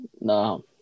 No